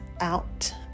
out